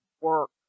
work